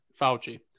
Fauci